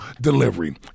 Delivery